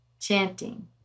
chanting